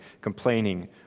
complaining